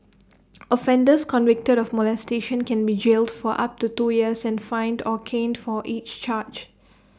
offenders convicted of molestation can be jailed for up to two years and fined or caned for each charge